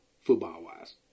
football-wise